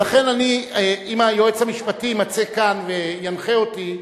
לכן, אם היועץ המשפטי יימצא כאן וינחה אותי.